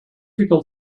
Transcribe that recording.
people